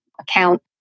account